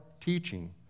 teaching